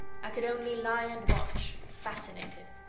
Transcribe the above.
i could only lie and watch fascinated.